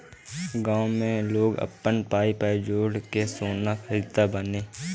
गांव में लोग आपन पाई पाई जोड़ के सोना खरीदत बाने